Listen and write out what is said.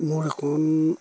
মোৰ এখন